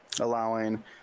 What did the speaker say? allowing